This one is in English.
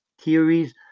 theories